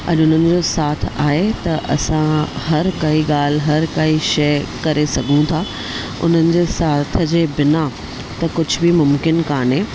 अॼु उन्हनि जो साथ आहे त असां हर काई ॻाल्हि हर काई शइ करे सघूं था उन्हनि जे साथ जे बिना त कुझु बि मुमकिन कोन्हे